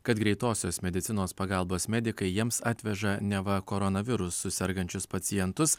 kad greitosios medicinos pagalbos medikai jiems atveža neva koronavirusu sergančius pacientus